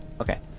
okay